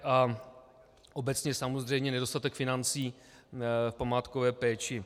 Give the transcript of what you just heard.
A obecně samozřejmě nedostatek financí v památkové péči.